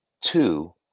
Two